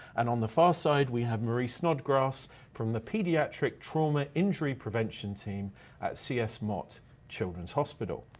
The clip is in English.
and on the far side we have marie snodgrass from the pediatric trauma injury prevention team at cs mott children's hospital.